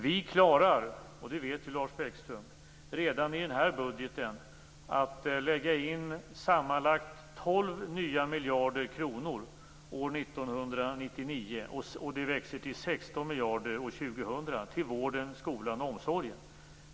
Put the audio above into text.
Vi klarar - det vet Lars Bäckström - redan i den här budgeten att lägga in sammanlagt 12 nya miljarder kronor år 1999, och de växer till 16 miljarder år 2000 till vården, skolan och omsorgen.